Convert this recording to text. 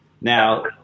Now